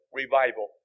revival